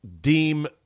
deem